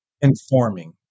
informing